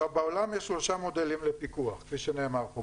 בעולם יש שלושה מודלים לפיקוח, כפי שנאמר פה.